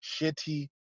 shitty